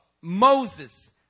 Moses